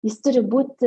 jis turi būti